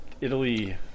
Italy